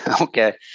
Okay